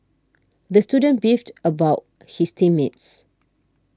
the student beefed about his team mates